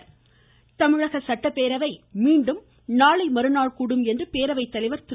தனபால் தமிழக சட்டப்பேரவை மீண்டும் நாளைமறுநாள் கூடும் என்று பேரவை தலைவர் திரு